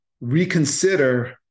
reconsider